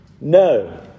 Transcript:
No